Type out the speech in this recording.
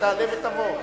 תעלה ותבוא.